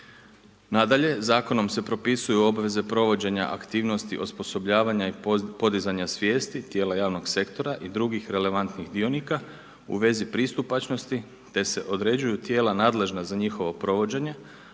Nadalje, zakonom se propisuju obaveze provođenja aktivnosti osposobljavanja i podizanja svijesti, tijela javnog sektora i drugi relevantnih dionika u vezi pristupačanosti te se određuju tijela nadležna za njihovo provođenje